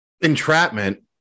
Entrapment